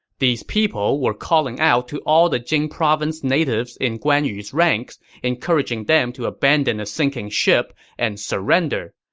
these people were calling out to all the jing province natives in guan yu's ranks, encouraging them to abandon a sinking ship and surrender.